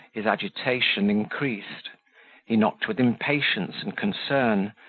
his agitation increased he knocked with impatience and concern,